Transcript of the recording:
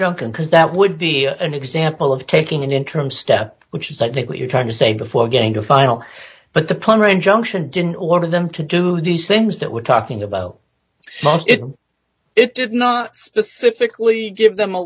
can cause that would be an example of taking an interim step which is i think what you're trying to say before getting to final but the plane junction didn't order them to do nice things that we're talking about most it did not specifically give